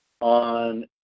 On